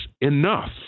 enough